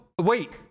Wait